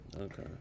Okay